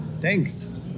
Thanks